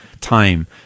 time